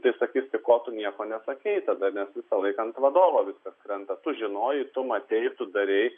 tai sakys tai ko tu nieko nesakei tada nes visą laiką ant vadovo viskas krenta tu žinojai tu matei tu darei